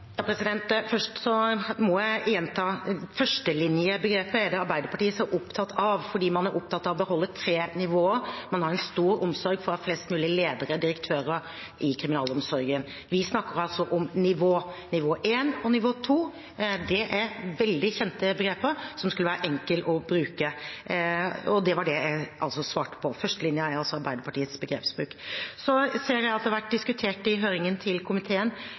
Først må jeg gjenta: Førstelinjebegrepet er Arbeiderpartiet så opptatt av fordi man er opptatt av å beholde tre nivåer. Man har stor omsorg for å ha flest mulige ledere og direktører i kriminalomsorgen. Vi snakker om nivå. Nivå 1 og nivå 2 er veldig kjente begreper som det skulle være enkelt å bruke. Det var det jeg svarte på. Førstelinje er altså Arbeiderpartiets begrepsbruk. Så ser jeg at det har vært diskutert i høringen til komiteen